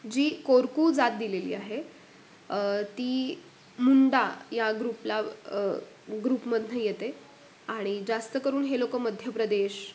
जी कोरकू जात दिलेली आहे ती मुंडा या ग्रुपला ग्रुपमधून येते आणि जास्त करून हे लोक मध्य प्रदेश